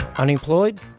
Unemployed